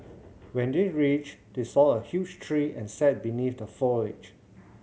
when they reached they saw a huge tree and sat beneath the foliage